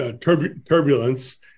turbulence